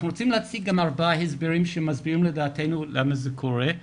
אנחנו רוצים להציג עם ארבעה הסברים שמסבירים לדעתנו למה זה קורה.